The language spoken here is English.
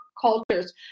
cultures